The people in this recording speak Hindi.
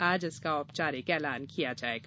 आज इसका औपचारिक ऐलान किया जायेगा